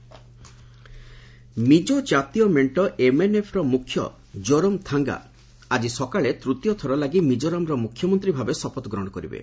Mizoram CM ମିକ୍ଟୋ ଜାତୀୟ ମେଣ୍ଟ ଏମ୍ଏନ୍ଏଫ୍ର ମୁଖ୍ୟ କୋରମଥାଙ୍ଗା ଆଜି ସକାଳେ ତୂତୀୟ ଥର ପାଇଁ ମିକୋରାମର ମୁଖ୍ୟମନ୍ତ୍ରୀ ଭାବେ ଶପଥ ଗ୍ରହଣ କରିବେ